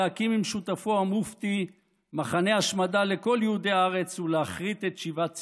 להקים עם שותפו המופתי מחנה השמדה לכל יהודי הארץ ולהכרית את שיבת ציון.